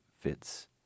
fits